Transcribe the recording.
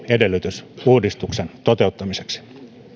edellytys uudistuksen toteuttamiseksi